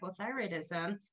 hypothyroidism